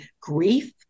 grief